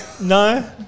No